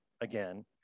again